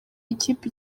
ikipe